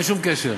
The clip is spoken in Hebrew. אין שום קשר.